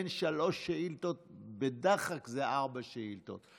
בין שלוש שאילתות, בדוחק זה ארבע שאילתות.